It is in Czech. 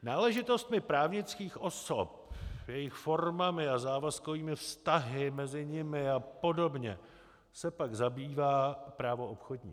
Náležitostmi právnických osob, jejich formami a závazkovými vztahy mezi nimi apod. se pak zabývá právo obchodní.